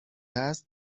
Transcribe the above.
است